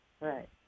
right